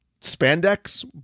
spandex